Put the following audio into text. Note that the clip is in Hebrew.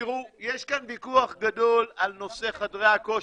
יש כאן ויכוח גדול על נושא חדרי הכושר.